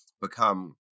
become